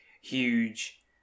huge